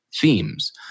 themes